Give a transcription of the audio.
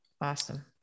awesome